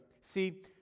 see